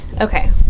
Okay